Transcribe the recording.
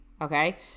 Okay